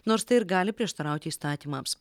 nors tai ir gali prieštarauti įstatymams